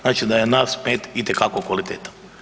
Znači da je naš med itekako kvalitetan.